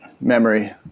memory